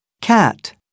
cat